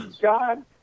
God